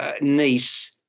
niece